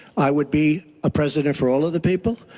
i would be a president for all of the people.